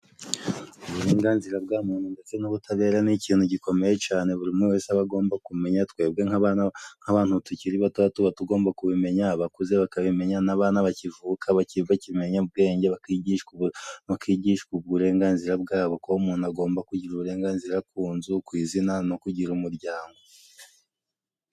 Uburenganzira bwa muntu ndetse n'ubutabera ni ikintu gikomeye cane buri muntu wese aba agomba kumenya, twebwe nk'abantu tukiri bato tuba tugomba kubimenya, abakuze bakabimenya, abakivuka bakimenya ubwenge bakigishwa uburenganzira bwa bo ko umuntu agomba kugira uburenganzira ku nzu, ku izina no kugira umuryango.